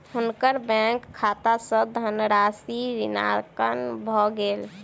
हुनकर बैंक खाता सॅ धनराशि ऋणांकन भ गेल